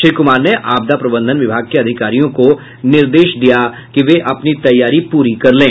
श्री कुमार ने आपदा प्रबंधन विभाग के अधिकारियों को निर्देश दिया कि वे अपनी तैयारी पूरी कर लें